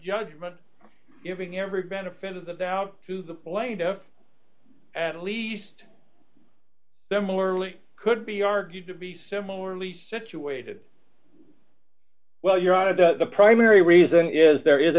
judgment giving every benefit of the doubt to the blade of at least similarly could be argued to be similarly situated well your out of the primary reason is there is a